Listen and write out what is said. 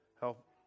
Help